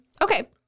okay